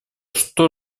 что